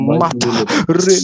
matter